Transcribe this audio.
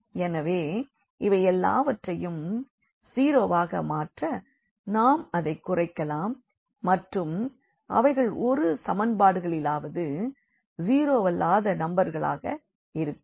எனவே இதை எல்லாவற்றையும் 0 வாக மாற்ற நாம் அதை குறைக்கலாம் மற்றும் அவைகள் ஒரு சமன்பாடுகளிலாவது ஜீரோவல்லாத நம்பர்களாக இருக்கும்